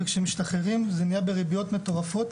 וכשמשתחררים זה נהיה בריביות מטורפות.